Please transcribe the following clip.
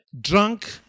drunk